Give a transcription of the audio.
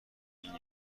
این